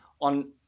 on